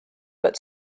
but